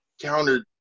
countered